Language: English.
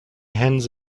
hens